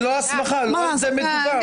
עורכת הדין גוטליב, זאת לא הסמכה, לא על זה מדובר.